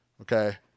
Okay